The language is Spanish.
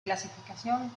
clasificación